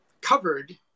covered